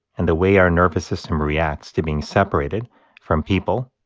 and the way our nervous system reacts to being separated from people,